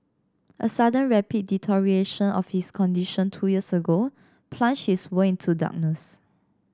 a sudden rapid deterioration of his condition two years ago plunged his world into darkness